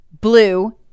blue